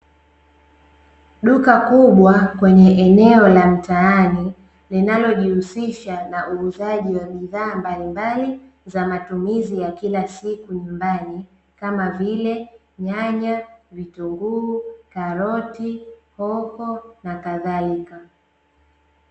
Duka kubwa kwenye eneo la mtaani, linalojihusisha na uuzaji wa bidhaa mbalimbali, za matumizi ya kila siku nyumbani, kama vile nyanya, vitunguu, karoti, hoho na kadhalika.